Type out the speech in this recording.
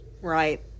Right